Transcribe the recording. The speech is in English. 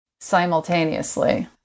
simultaneously